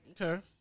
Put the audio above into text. okay